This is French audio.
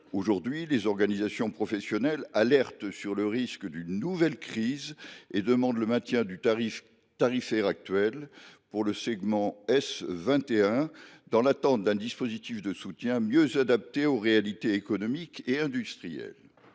Aujourd’hui, les organisations professionnelles alertent sur le risque d’une nouvelle crise et demandent le maintien du cadre tarifaire actuel pour le segment S21, dans l’attente d’un dispositif de soutien mieux adapté aux réalités économiques et industrielles.